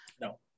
no